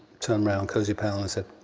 turned around, cozy powell, and said,